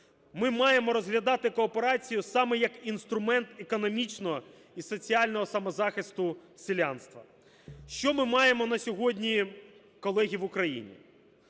Ми маємо розглядати кооперацію саме як інструмент економічного і соціального самозахисту селянства. Що ми маємо на сьогодні, колеги, в Україні.